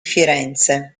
firenze